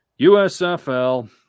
USFL